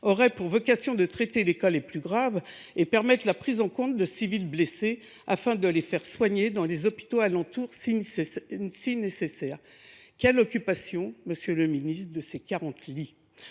aurait vocation à traiter les cas les plus graves et à permettre la prise en compte de civils blessés, afin de les faire soigner dans les hôpitaux alentour si nécessaire. de l’occupation actuelle de ces quarante lits ?